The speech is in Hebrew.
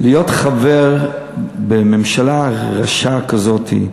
להיות חבר בממשלה רשעה כזאת,